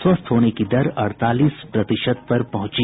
स्वस्थ होने की दर अड़तालीस प्रतिशत पर पहुंची